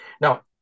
Now